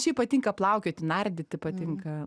šiaip patinka plaukioti nardyti patinka